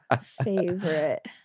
favorite